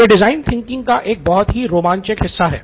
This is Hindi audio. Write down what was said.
यह डिज़ाइन थिंकिंग का एक बहुत ही रोमांचक हिस्सा है